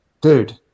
dude